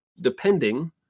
depending